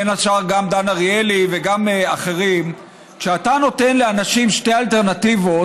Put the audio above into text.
בין השאר דן אריאלי וגם אחרים: כשאתה נותן לאנשים שתי אלטרנטיבות,